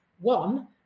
one